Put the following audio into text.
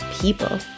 people